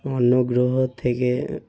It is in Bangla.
অন্য গ্রহর থেকে